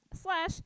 slash